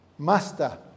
Master